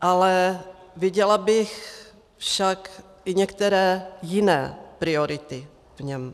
Ale viděla bych však i některé jiné priority v něm.